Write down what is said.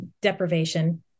deprivation